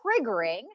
triggering